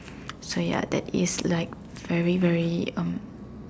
so ya that is like very very um